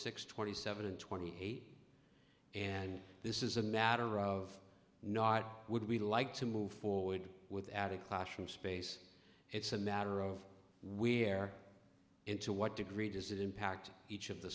six twenty seven twenty eight and this is a matter of not would we like to move forward without a clash from space it's a matter of where in to what degree does it impact each of the